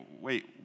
wait